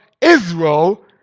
Israel